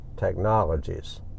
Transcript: Technologies